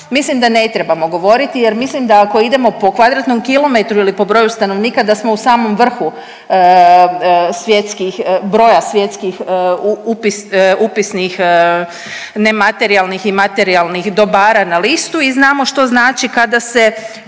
mislim da ne trebamo govoriti jer mislim da ako idemo po kvadratnom kilometru ili po broju stanovnika da smo u samom vrhu svjetskih, broja svjetskih upisnih nematerijalnih i materijalnih dobara na listu i znamo što znači kada se